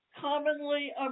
commonly